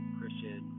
Christian